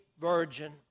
virgin